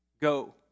Go